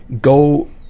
go –